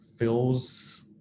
Feels